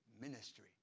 ministry